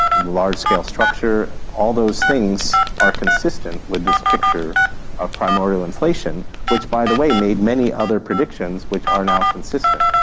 large-scale structure, all those things are consistent with this picture of primordial inflation which, by the way, made many other predictions which are now consistent.